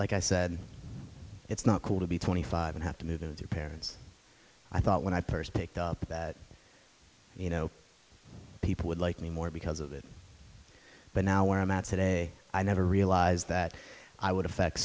like i said it's not cool to be twenty five and have to move the parents i thought when i first picked up that you know people would like me more because of that but now where i'm at today i never realize that i would affect